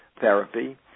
therapy